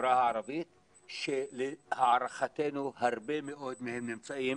בחברה הערבית שלהערכתנו הרבה מאוד מהם נמצאים